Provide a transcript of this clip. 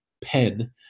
pen